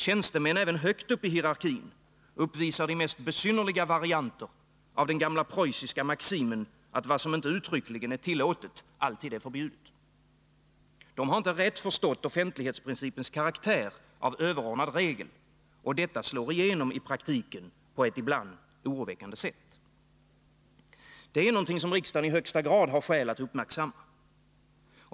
Tjänstemän högt upp i hierarkin uppvisar de mest besynnerliga varianter av den gamla preussiska maximen att vad som inte uttryckligen är tillåtet alltid är förbjudet. De har inte rätt förstått offentlighetsprincipens karaktär av överordnad regel. Och detta slår igenom i praktiken på ett ibland oroväckande sätt. Det är något som riksdagen i högsta grad har skäl att uppmärksamma.